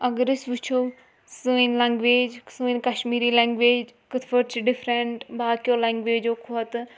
اَگر أسۍ وٕچھو سٲنۍ لنٛگویج سٲنۍ کشمیٖری لٮ۪نٛگویج کِتھ پٲٹھۍ چھِ ڈِفرنٛٹ باقیو لٮ۪نٛگویجو کھۄتہٕ